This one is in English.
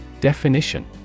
Definition